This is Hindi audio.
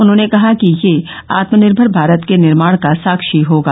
उन्होंने कहा कि यह आत्मनिर्भर भारत के निर्माण का साक्षी होगा